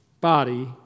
body